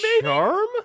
charm